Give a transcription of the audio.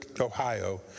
Ohio